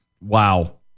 Wow